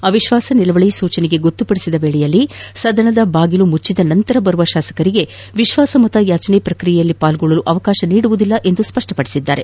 ಅವಿಶ್ವಾಸ ನಿಲುವಳಿ ಸೂಚನೆಗೆ ಗೊತ್ತುಪಡಿಸಿದ ವೇಳೆಯಲ್ಲಿ ಸದನದ ಬಾಗಿಲು ಮುಚ್ಚಿದ ನಂತರ ಬರುವ ತಾಸಕರಿಗೆ ವಿತ್ವಾಸಮತ ಯಾಚನೆ ಪ್ರಕ್ರಿಯೆಯಲ್ಲಿ ಪಾಲ್ಗೊಳ್ಳಲು ಅವಕಾತ ನೀಡುವುದಿಲ್ಲ ಎಂದು ಸ್ಪಷ್ಟಪಡಿಸಿದರು